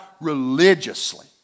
religiously